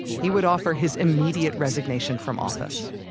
he would offer his immediate resignation from office.